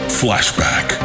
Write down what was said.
flashback